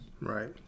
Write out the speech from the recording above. Right